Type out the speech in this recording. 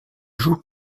joue